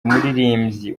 umuririmbyi